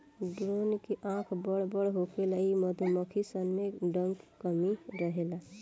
drone के आँख बड़ बड़ होखेला इ मधुमक्खी सन में डंक के कमी रहेला